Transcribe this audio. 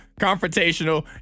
confrontational